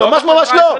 ממש ממש לא,